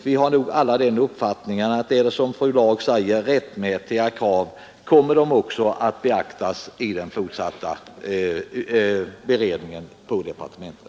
Vi har nog alla den uppfattningen, att om det är som fru Laag säger rättmätiga krav, kommer de också att beaktas i den fortsatta beredningen från departementet.